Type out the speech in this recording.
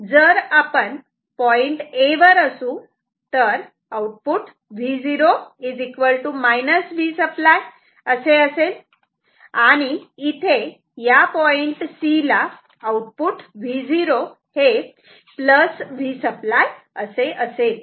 जर आपण point A वर असू तर आउटपुट Vo Vसप्लाय असे असेल आणि इथे या पॉईंट C ला आउटपुट V0 Vसप्लाय असे असेल